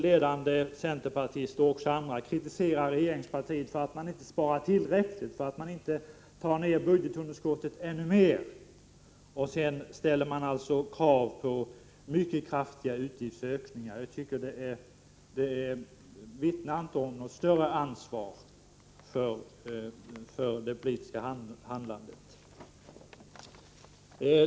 Ledande centerpartister och även andra har kritiserat regeringspartiet för att inte spara tillräckligt och för att inte minska budgetunderskottet ytterligare. Men samtidigt framförs krav på mycket kraftiga utgiftsökningar. Jag tycker inte att detta vittnar om något större ansvar i det politiska handlandet.